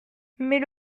mais